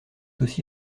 aussi